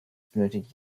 benötigt